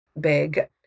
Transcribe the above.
big